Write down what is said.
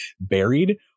buried